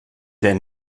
der